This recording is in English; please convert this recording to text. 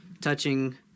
touching